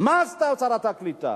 מה עשתה שרת הקליטה?